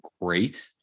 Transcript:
great